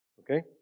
okay